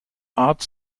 art